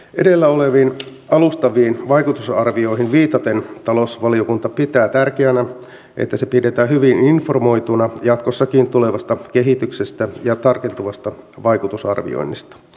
edellä oleviin alustaviin vaikutusarvioihin viitaten talousvaliokunta pitää tärkeänä että se pidetään hyvin informoituna jatkossakin tulevasta kehityksestä ja tarkentuvasta vaikutusarvioinnista